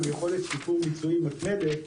ועם יכולת שיפור ביצועי מתמדת,